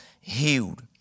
healed